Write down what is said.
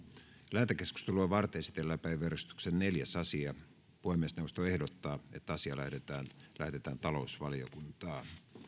lähetekeskustelua varten esitellään päiväjärjestyksen neljäs asia puhemiesneuvosto ehdottaa että asia lähetetään talousvaliokuntaan